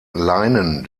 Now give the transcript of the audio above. leinen